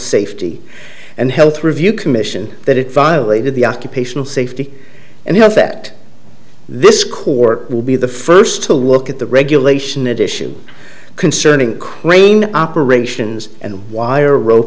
safety and health review commission that it violated the occupational safety and health that this court will be the first to look at the regulation that issue concerning crane operations and wire rope